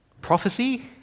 prophecy